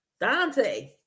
Dante